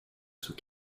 sous